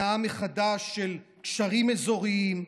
הנעה מחדש של קשרים אזוריים,